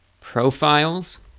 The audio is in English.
profiles